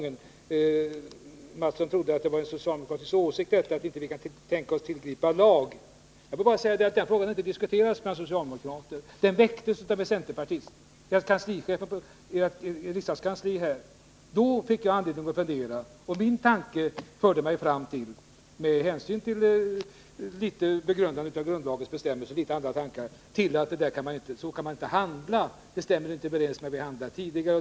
Kjell Mattsson trodde att det var uttryck för en socialdemokratisk åsikt att inte vilja tillgripa lagstiftning. Den saken har inte diskuterats bland socialdemo 173 krater. Frågan väcktes av en centerpartist, av kanslichefen i centerns partikansli. Då fick jag anledning att fundera, och jag kom fram till — med hänsyn dels till grundlagens bestämmelser, dels till vissa andra överväganden —att så kan man inte handla. Det skulle inte stämma överens med det sätt på vilket vi har handlat tidigare.